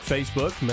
Facebook